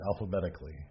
alphabetically